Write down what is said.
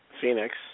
Phoenix